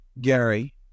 Gary